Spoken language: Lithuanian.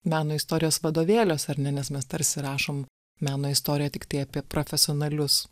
meno istorijos vadovėliuose ar ne nes mes tarsi rašom meno istoriją tiktai apie profesionalius